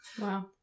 wow